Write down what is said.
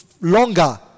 longer